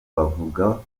bavuga